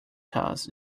cause